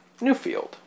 Newfield